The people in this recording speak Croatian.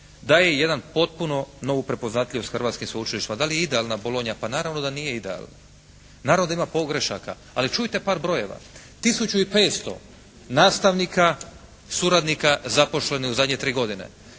daje jedan potpuno, novu prepoznatljivost hrvatskih sveučilišta. Da li je idealna Bolonja? Pa naravno da nije idealna. Naravno da ima pogrešaka. Ali čujte par brojeva. Tisuću i 500 nastavnika, suradnika zaposlenih u zadnje tri godine.